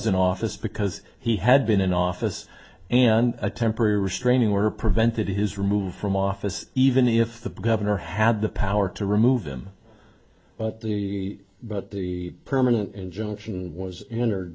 in office because he had been in office and a temporary restraining order prevented his removed from office even if the governor had the power to remove him but the but the permanent injunction was